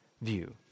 view